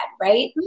right